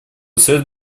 совет